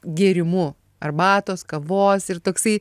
gėrimu arbatos kavos ir toksai